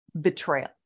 betrayal